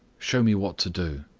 show me what to do.